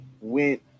went